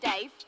Dave